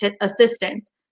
assistance